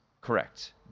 Correct